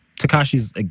Takashi's